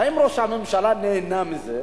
האם ראש הממשלה נהנה מזה?